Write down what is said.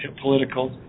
political